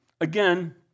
again